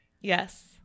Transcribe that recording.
Yes